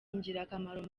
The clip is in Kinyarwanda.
ingirakamaro